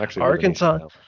Arkansas